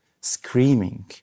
screaming